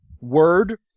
word